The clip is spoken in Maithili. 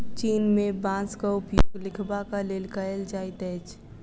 चीन में बांसक उपयोग लिखबाक लेल कएल जाइत अछि